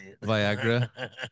Viagra